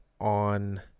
on